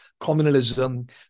communalism